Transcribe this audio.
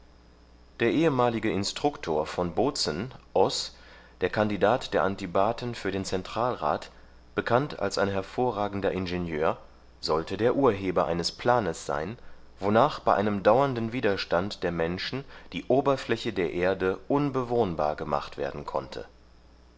der ehemalige instruktor von bozen oß der kandidat der antibaten für den zentralrat bekannt als ein hervorragender ingenieur sollte der urheber eines planes sein wonach bei einem dauernden widerstand der menschen die oberfläche der erde unbewohnbar gemacht werden konnte